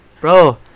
Bro